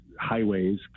highways